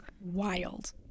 wild